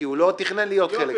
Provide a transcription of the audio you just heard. הוא לא תכנן להיות חלק מהעניין.